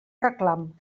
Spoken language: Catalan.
reclam